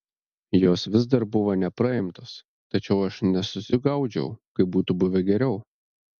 jos vis dar buvo nepraimtos tačiau aš nesusigaudžiau kaip būtų buvę geriau